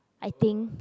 I think